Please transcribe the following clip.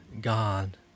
God